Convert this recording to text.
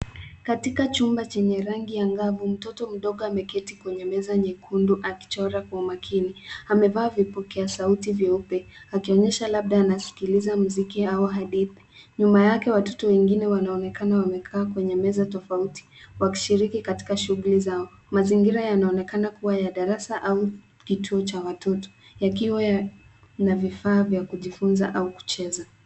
Katika chumba chenye rangi angavu mtoto mdogo ameketi kwenye meza nyekundu akichora kwa makini. Amevaa vipokea sauti vyeupe, akionyesha labda anaskiliza muziki au hadithi. Nyuma yake watoto wengine wanaonekana wamekaa kwenye meza tofauti, wakishiriki katika shughuli zao. Mazingira yanaonekana kuwa ya darasa au kituo cha watoto yakiwa na vifaa vya kujifunza au kucheza.